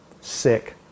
sick